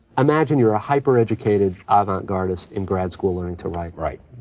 imagine you're a hyper-educated avant garde-ist in grad school learning to write. right.